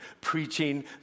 preaching